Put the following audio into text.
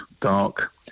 dark